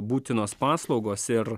būtinos paslaugos ir